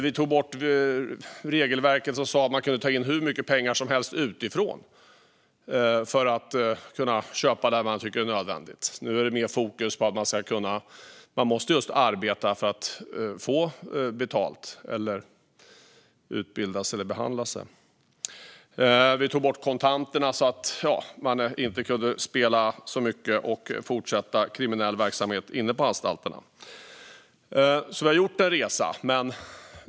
Vi tog bort regelverket som sa att man kunde ta in hur mycket pengar som helst utifrån för att kunna köpa det som man tyckte var nödvändigt. Nu är det mer fokus på att man måste arbeta för att få betalt, utbilda sig eller behandla sig. Vi tog bort kontanterna så att man inte kan spela så mycket och fortsätta med kriminell verksamhet inne på anstalterna. Vi har alltså gjort en resa.